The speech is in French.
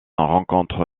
rencontre